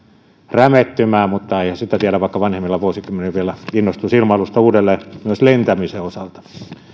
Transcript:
rämettymään mutta eihän sitä tiedä vaikka vanhemmilla vuosikymmenillä vielä innostuisi ilmailusta uudelleen myös lentämisen osalta